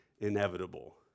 inevitable